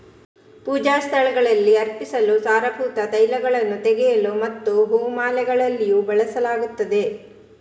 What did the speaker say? ಪೂಜಾ ಸ್ಥಳಗಳಲ್ಲಿ ಅರ್ಪಿಸಲು, ಸಾರಭೂತ ತೈಲಗಳನ್ನು ತೆಗೆಯಲು ಮತ್ತು ಹೂ ಮಾಲೆಗಳಲ್ಲಿಯೂ ಬಳಸಲಾಗುತ್ತದೆ